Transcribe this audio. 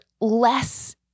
less